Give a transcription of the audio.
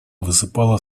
высыпала